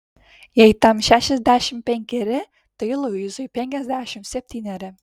jei tam šešiasdešimt penkeri tai luisui penkiasdešimt septyneri